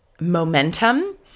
momentum